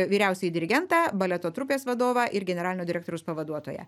vyriausiąjį dirigentą baleto trupės vadovą ir generalinio direktoriaus pavaduotoją